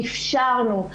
אפשרנו,